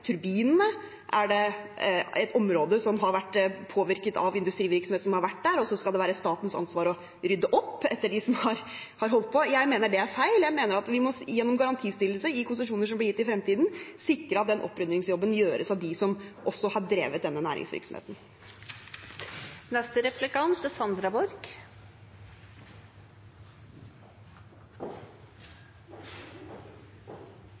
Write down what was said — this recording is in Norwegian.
turbinene? Er det et område som har vært påvirket av industrivirksomhet som har vært der, og så skal det være statens ansvar å rydde opp etter dem som har holdt på? Jeg mener det er feil. Jeg mener vi gjennom garantistillelse i konsesjoner som blir gitt i fremtiden, må sikre at den opprydningsjobben gjøres av dem som har drevet denne næringsvirksomheten.